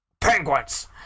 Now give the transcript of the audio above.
PENGUINS